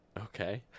Okay